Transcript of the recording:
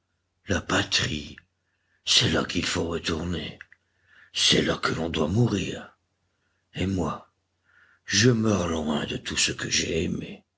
la patrie c'est là qu'il faut retourner c'est là que l'on doit mourir et moi je meurs loin de tout ce que j'ai aimé